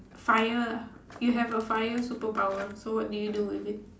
fire lah you have a fire superpower so what do you do with it